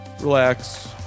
relax